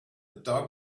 dog